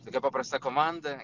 tokia paprasta komanda